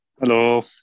Hello